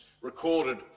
recorded